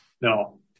No